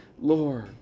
Lord